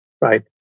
right